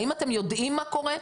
האם אתם יודעים מה קורה?